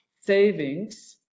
savings